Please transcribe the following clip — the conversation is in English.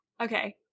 Okay